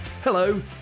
Hello